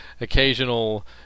occasional